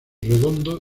redondo